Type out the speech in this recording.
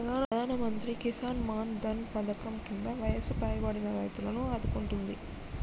ప్రధానమంత్రి కిసాన్ మాన్ ధన్ పధకం కింద వయసు పైబడిన రైతులను ఆదుకుంటుంది